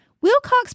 Wilcox